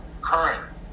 current